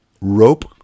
Rope